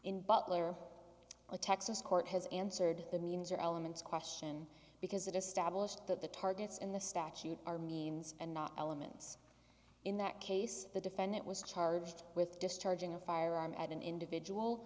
in butler texas court has answered the means or elements question because it established that the targets in the statute are means and not elements in that case the defendant was charged with discharging a firearm at an individual